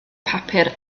papur